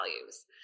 values